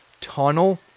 tunnel